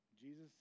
Jesus